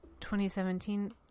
2017